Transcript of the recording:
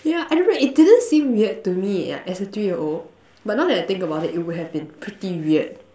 yeah I don't know it didn't seem weird to me ya as a three year old but now that I think about it it would have been pretty weird